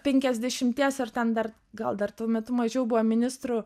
penkiasdešimties ar ten dar gal dar tuo metu mažiau buvo ministrų